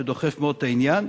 שדוחף מאוד את העניין.